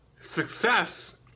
Success